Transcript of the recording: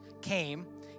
came